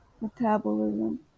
metabolism